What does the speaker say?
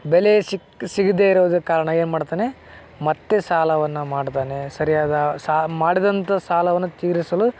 ಬೆಲೆ ಸಿಕ ಸಿಗದೆ ಇರೋದಕ್ಕೆ ಕಾರಣ ಏನು ಮಾಡ್ತಾನೆ ಮತ್ತೆ ಸಾಲವನ್ನು ಮಾಡ್ತಾನೆ ಸರಿಯಾದ ಸಾ ಮಾಡಿದಂತ ಸಾಲವನ್ನು ತೀರಿಸಲು